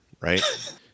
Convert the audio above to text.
right